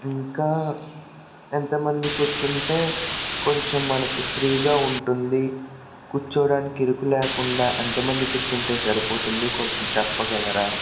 ఇంకా ఎంతమంది కూర్చుంటే కొంచెం మనకి ఫ్రీగా ఉంటుంది కూర్చోడానికి ఇరుకు లేకుండా ఎంతమంది కూర్చుంటే సరిపోతుంది కొంచెం చెప్పగలరా